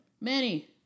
Manny